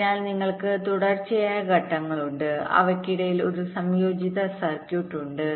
അതിനാൽ നിങ്ങൾക്ക് തുടർച്ചയായ ഘട്ടങ്ങളുണ്ട് അവയ്ക്കിടയിൽ ഒരു സംയോജിത സർക്യൂട്ട്ഉണ്ട്